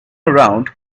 around